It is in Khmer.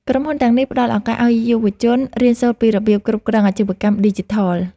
ក្រុមហ៊ុនទាំងនេះផ្ដល់ឱកាសឱ្យយុវជន រៀនសូត្រពីរបៀបគ្រប់គ្រងអាជីវកម្មឌីជីថល។